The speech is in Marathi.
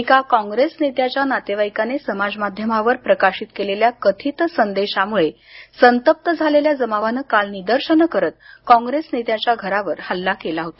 एका काँग्रेस नेत्याच्या नातेवाईकाने समाज माध्यमावर प्रकाशित केलेल्या कथित संदेशामुळे संतप्त झालेल्या जमावानं काल निदर्शनं करत काँप्रेस नेत्याच्या घरावर हल्ला केला होता